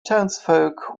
townsfolk